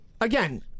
again